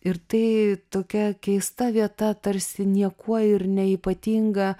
ir tai tokia keista vieta tarsi niekuo ir neypatinga